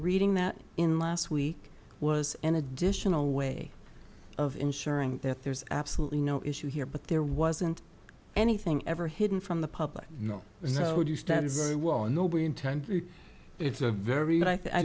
reading that in last week was an additional way of ensuring that there's absolutely no issue here but there wasn't anything ever hidden from the public no no we intend it's a very